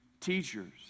teachers